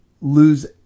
lose